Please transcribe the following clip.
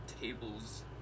tables